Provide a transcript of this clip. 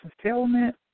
fulfillment